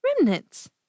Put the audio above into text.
remnants